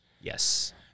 Yes